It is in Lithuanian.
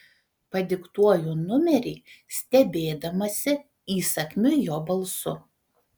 padiktuoju numerį stebėdamasi įsakmiu jo balsu